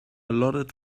allotted